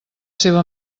seva